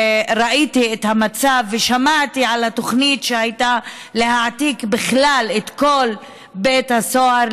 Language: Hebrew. ראיתי את המצב ושמעתי על התוכנית שהייתה להעתיק בכלל את כל בית הסוהר,